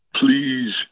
please